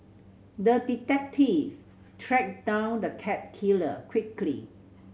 the detective tracked down the cat killer quickly